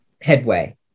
headway